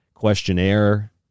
questionnaire